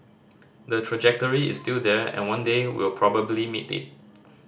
the trajectory is still there and one day we'll probably meet it